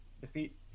defeat